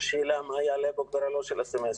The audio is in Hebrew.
שאלה מה יעלה בגורלו של הסמסטר.